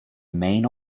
main